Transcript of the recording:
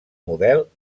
model